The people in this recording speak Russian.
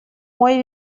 мой